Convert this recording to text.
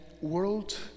world